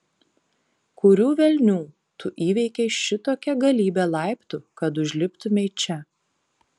kurių velnių tu įveikei šitokią galybę laiptų kad užliptumei čia